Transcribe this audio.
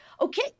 Okay